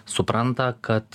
supranta kad